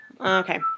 Okay